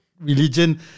religion